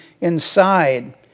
inside